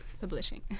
publishing